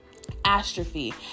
astrophy